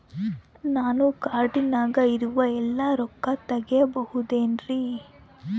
ನನ್ನ ಕಾರ್ಡಿನಾಗ ಇರುವ ಎಲ್ಲಾ ರೊಕ್ಕ ತೆಗೆಯಬಹುದು ಏನ್ರಿ?